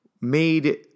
made